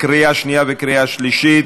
לקריאה שנייה וקריאה שלישית.